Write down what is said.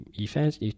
events